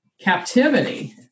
Captivity